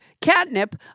catnip